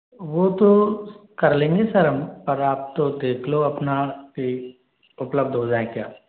वो तो कर लेंगे सर हम पर आप तो देख लो अपना कि उपलब्ध हो जाएँ क्या